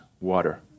water